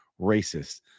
racist